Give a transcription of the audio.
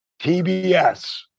TBS